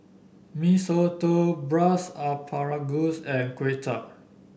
Mee Soto Braised Asparagus and Kway Chap